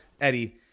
Eddie